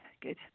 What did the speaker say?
good